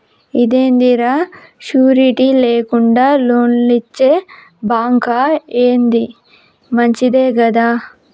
ఇదేందిరా, షూరిటీ లేకుండా లోన్లిచ్చే బాంకా, ఏంది మంచిదే గదా